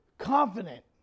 confident